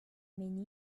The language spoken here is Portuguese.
menina